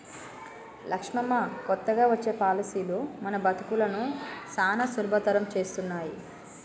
లక్ష్మమ్మ కొత్తగా వచ్చే పాలసీలు మన బతుకులను సానా సులభతరం చేస్తున్నాయి